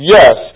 Yes